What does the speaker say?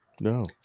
No